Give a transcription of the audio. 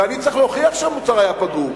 ואני צריך להוכיח שהמוצר היה פגום,